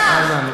חבר הכנסת חזן,